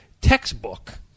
textbook